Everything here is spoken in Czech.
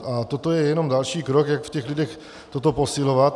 A toto je jenom další krok, jak v těch lidech toto posilovat.